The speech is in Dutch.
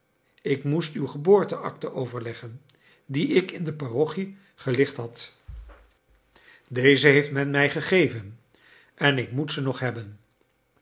ik moest uw geboorte akte overleggen die ik in de parochie gelicht had deze heeft men mij gegeven en ik moet ze nog hebben